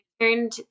turned